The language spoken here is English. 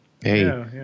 hey